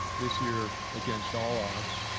this year against all odds,